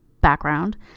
background